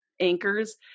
anchors